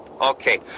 Okay